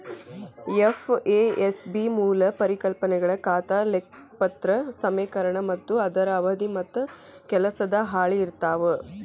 FASB ಮೂಲ ಪರಿಕಲ್ಪನೆಗಳ ಖಾತಾ ಲೆಕ್ಪತ್ರ ಸಮೇಕರಣ ಮತ್ತ ಅದರ ಅವಧಿ ಮತ್ತ ಕೆಲಸದ ಹಾಳಿ ಇರ್ತಾವ